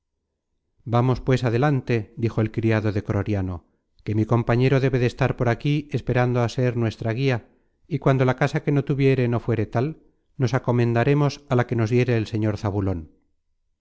vamos pues adelante dijo el criado de croriano que mi compañero debe de estar por aquí esperando a ser nuestra guía y cuando la casa que tuviere no fuere tal nos acomendaremos a la que nos diere el señor